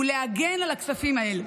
ולהגן על הכספים האלה.